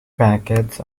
packets